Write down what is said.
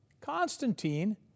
Constantine